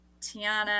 tiana